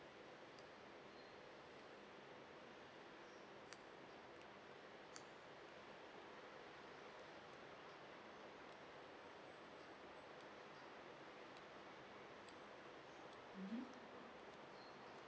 mmhmm